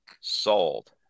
sold